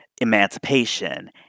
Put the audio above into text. emancipation